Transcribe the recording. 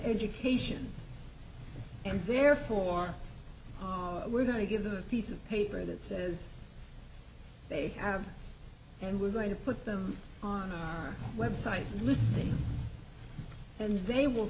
education and therefore we're going to give the piece of paper that says they have and we're going to put them on the web site lists and they will